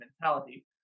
mentality